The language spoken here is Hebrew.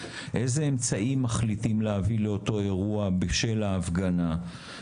איזה אמצעים מחליטים להביא לאותו אירוע בשל ההפגנה,